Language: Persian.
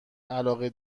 علاقه